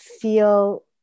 feel